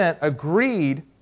agreed